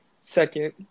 second